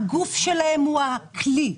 הגוף שלהן הוא הכלי.